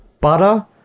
butter